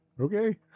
okay